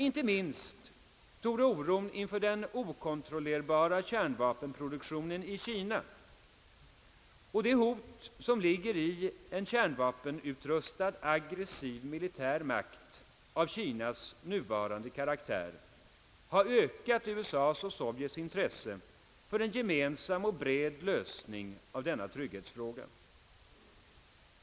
Inte minst torde oron inför den okontrollerbara kärnvapenproduktionen i Kina och det hot som ligger i en kärnvapenutrustad : aggressiv militär makt av Kinas nuvarande karaktär ha ökat USA:s och Sovjets intresse för en gemensam och bred lösning av denna viktiga trygghetsfråga.